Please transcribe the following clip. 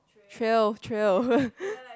trail